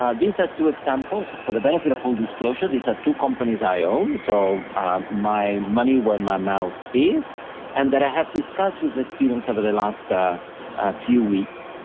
these are two examples, for the benefit of full disclosure, these are two companies i own, so my money where my mouth is and that i have discussed with the students over the last ah few weeks,